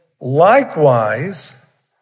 likewise